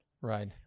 Right